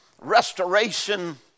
restoration